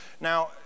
Now